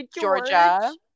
Georgia